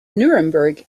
nuremberg